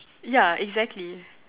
ya exactly